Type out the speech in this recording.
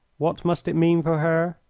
what must it mean for her?